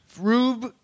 Rube